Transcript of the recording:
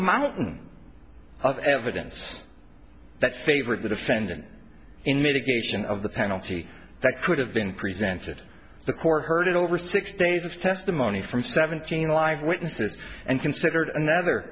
mountain of evidence that favored the defendant in mitigation of the penalty that could have been presented the court heard it over six days of testimony from seventeen live witnesses and considered another